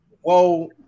Whoa